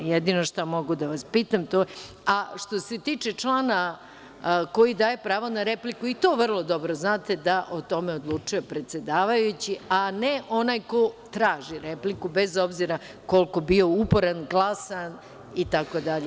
A što se tiče člana koji daje pravo na repliku, i to vrlo dobro znate, da o tome odlučuje predsedavajući, a ne onaj ko traži repliku, bez obzira koliko bio uporan, glasan itd.